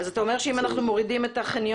אז אתה אומר שאם אנו מורידים את החניונים,